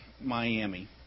Miami